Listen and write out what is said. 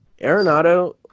Arenado